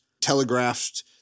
telegraphed